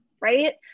right